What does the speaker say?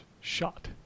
shot